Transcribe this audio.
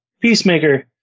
Peacemaker